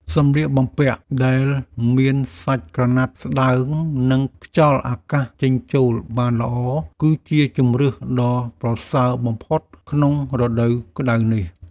សម្លៀកបំពាក់ដែលមានសាច់ក្រណាត់ស្តើងនិងខ្យល់អាកាសចេញចូលបានល្អ គឺជាជម្រើសដ៏ប្រសើរបំផុតក្នុងរដូវក្តៅនេះ។